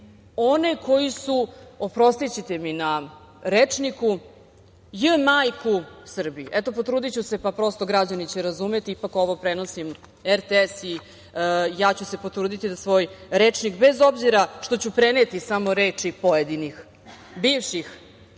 one koji su, oprostićete mi na rečniku, j* majku Srbiji. Eto, potrudiću se, pa prosto građani će razumeti, ipak ovo prenosi RTS i ja ću se potruditi da svoj rečnik, bez obzira što ću preneti samo reči pojedinih bivših